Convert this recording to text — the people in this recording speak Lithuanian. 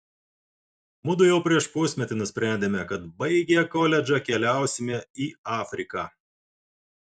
mudu jau prieš pusmetį nusprendėme kad baigę koledžą keliausime į afriką